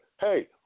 hey